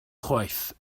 chwaith